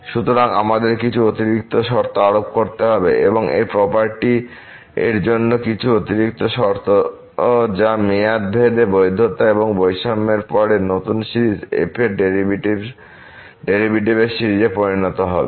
সুতরাং আমাদের কিছু অতিরিক্ত শর্ত আরোপ করতে হবে এই প্রপার্টির জন্য কিছু অতিরিক্ত শর্ত যা মেয়াদ ভেদে বৈধতা এবং বৈষম্যের পরে নতুন সিরিজ f এর ডেরিভেটিভের সিরিজে পরিণত হবে